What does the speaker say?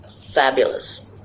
fabulous